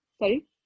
Sorry